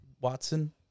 Watson